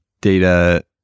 data